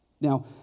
Now